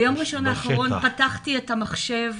ביום ראשון האחרון פתחתי את המחשב,